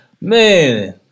Man